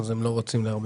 אז הם לא רוצים לבוא.